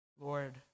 Lord